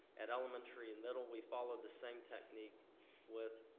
at elementary and middle, we followed the same technique with